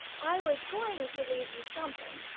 i was going to leave you something,